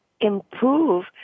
improve